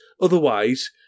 otherwise